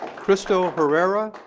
crystal hererra.